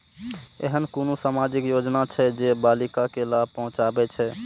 ऐहन कुनु सामाजिक योजना छे जे बालिका के लाभ पहुँचाबे छे?